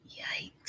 Yikes